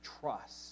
trust